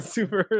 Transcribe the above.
Super